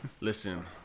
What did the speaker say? Listen